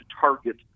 target